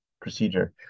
procedure